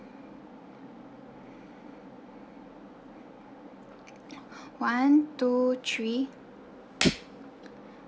one two three